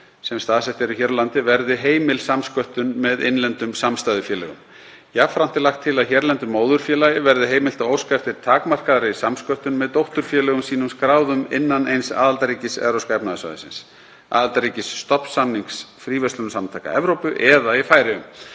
sem staðsett eru hér á landi, verði heimil samsköttun með innlendum samstæðufélögum. Jafnframt er lagt til að hérlendu móðurfélagi verði heimilt að óska eftir takmarkaðri samsköttun með dótturfélögum sínum skráðum innan eins aðildarríkis Evrópska efnahagssvæðisins, aðildarríkis stofnsamnings Fríverslunarsamtaka Evrópu eða í Færeyjum,